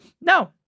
No